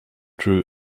drew